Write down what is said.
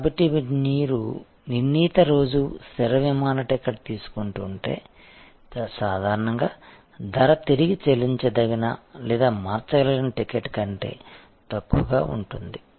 కాబట్టి మీరు నిర్ణీత రోజు స్థిర విమాన టికెట్ తీసుకుంటుంటే సాధారణంగా ధర తిరిగి చెల్లించదగిన లేదా మార్చగల టికెట్ కంటే తక్కువగా ఉంటుంది